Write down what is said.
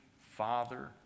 Father